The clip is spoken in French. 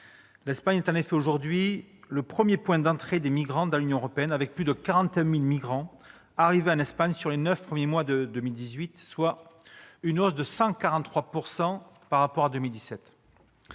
L'Espagne est en effet aujourd'hui le premier point d'entrée des migrants dans l'Union européenne, avec plus de 41 000 migrants arrivés en Espagne au cours des neuf premiers mois de 2018, soit une hausse de plus de 143 % par rapport à 2017.